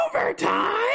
overtime